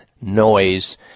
noise